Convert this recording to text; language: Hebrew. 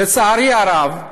לצערי הרב,